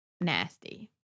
nasty